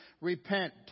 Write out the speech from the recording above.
repent